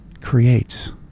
creates